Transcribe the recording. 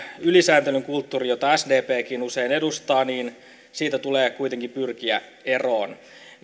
ylisääntelyn kulttuurista jota sdpkin usein edustaa tulee kuitenkin pyrkiä eroon